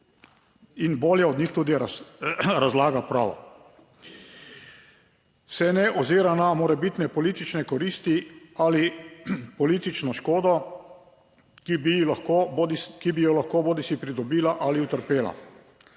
in bolje od njih tudi razlaga, prav. Se ne ozira na morebitne politične koristi ali politično škodo, ki bi lahko, ki bi jo lahko bodisi pridobila ali utrpela,